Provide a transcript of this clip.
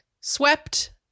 swept